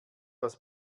aus